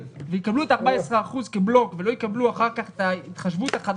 תואר B.A לא נלקח בחשבון,